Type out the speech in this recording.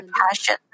passion